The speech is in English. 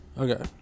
Okay